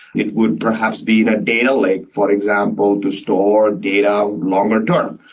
it would perhaps be in data lake, for example, to store data longer term,